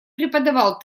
преподавал